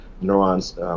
neurons